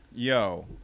Yo